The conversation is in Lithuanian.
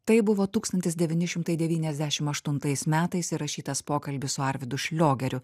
tai buvo tūkstantis devyni šimtai devyniasdešim aštuntais metais įrašytas pokalbis su arvydu šliogeriu